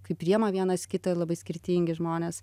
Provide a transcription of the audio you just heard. kaip priema vienas kitą labai skirtingi žmonės